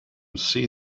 see